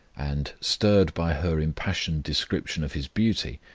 and, stirred by her impassioned description of his beauty,